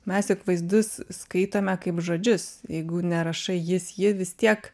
mes juk vaizdus skaitome kaip žodžius jeigu nerašai jis ji vis tiek